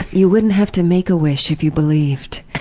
you wouldn't have to make a wish if you believed!